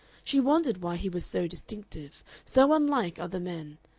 she wondered why he was so distinctive, so unlike other men,